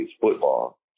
football